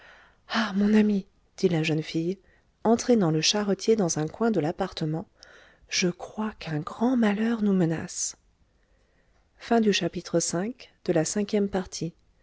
ah mon ami dit la jeune fille entraînant le charretier dans un coin de l'appartement je crois qu'un grand malheur nous menace